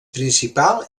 principal